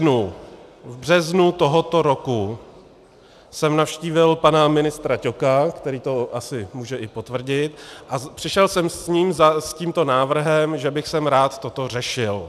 V březnu tohoto roku jsem navštívil pana ministra Ťoka, který to asi může i potvrdit, a přišel jsem za ním s tímto návrhem, že bych rád toto řešil.